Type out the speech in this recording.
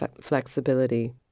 flexibility